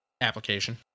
application